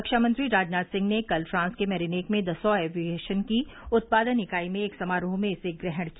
रक्षामंत्री राजनाथ सिंह ने कल फ्रांस के मेरीनेक में दसॉ एविऐशन की उत्पादन इकाई में एक समारोह में इसे ग्रहण किया